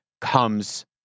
comes